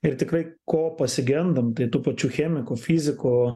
ir tikrai ko pasigendam tai tų pačių chemikų fizikų